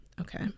Okay